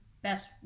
Best